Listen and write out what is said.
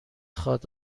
خواد